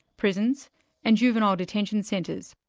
prisons and juvenile detention centres.